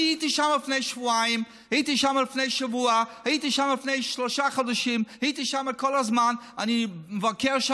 כי אם הייתם מבקרים והייתם רואים מה שקורה שם והייתם אומרים: לא מתפקד,